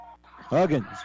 Huggins